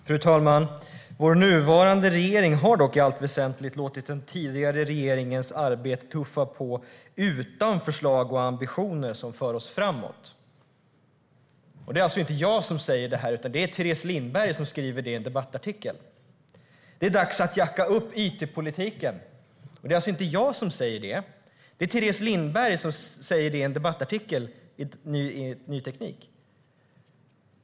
Fru talman! "Vår nuvarande regering har dock i allt väsentligt bara låtit den tidigare regeringens arbete tuffa på utan förslag och ambitioner som för oss framåt." Det är inte jag som hävdar det här, utan det är Teres Lindberg som skrivit det i en debattartikel i Ny Teknik. "Det är dags att jacka upp it-politiken!" Det är inte jag som hävdar det, utan det är Teres Lindberg som skrivit det i debattartikeln.